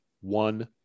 one